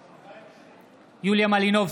נגד יוליה מלינובסקי,